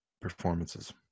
performances